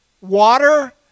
water